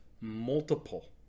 Multiple